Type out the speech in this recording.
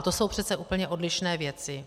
To jsou přece úplně odlišné věci.